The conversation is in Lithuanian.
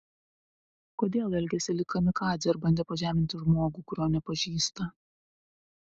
kodėl elgėsi lyg kamikadzė ir bandė pažeminti žmogų kurio nepažįsta